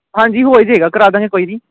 ਹਾਂਜੀ ਹੋ ਹੀ ਜਾਏਗਾ ਕਰਾ ਦਾਂਗੇ ਕੋਈ ਨਹੀਂ